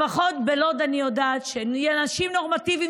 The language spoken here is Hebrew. לפחות בלוד אני יודעת שאנשים נורמטיביים,